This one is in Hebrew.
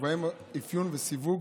ובהם אפיון וסיווג